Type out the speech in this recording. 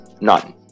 None